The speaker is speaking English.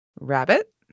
Rabbit